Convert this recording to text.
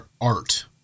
art